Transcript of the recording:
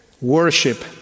worship